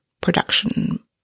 production